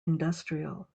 industrial